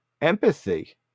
empathy